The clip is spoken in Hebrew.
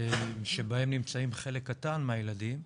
שבהם נמצאים חלק קטן מהילדים,